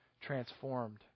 transformed